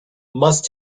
must